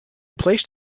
placed